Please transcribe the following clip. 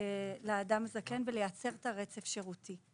לאדם הזקן ולייצר עבורו רצף שירותי.